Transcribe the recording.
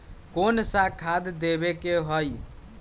कोन सा खाद देवे के हई?